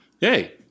Hey